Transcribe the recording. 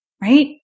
right